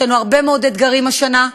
יש לנו הרבה מאוד אתגרים השנה.